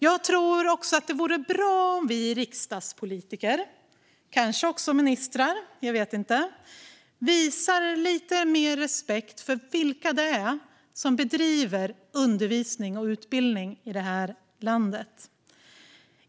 Jag tror också att det vore bra om vi riksdagspolitiker - och kanske även ministrar - visade lite mer respekt för vilka det är som bedriver undervisning och utbildning i det här landet.